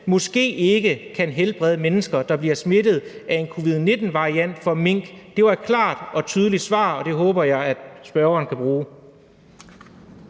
måske ikke kan hjælpe mennesker, der bliver smittet med en covid-19-variant fra mink. Det var et klart og tydeligt svar, og det håber jeg at spørgeren kan bruge.